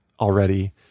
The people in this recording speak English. already